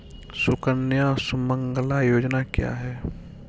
सुकन्या सुमंगला योजना क्या है?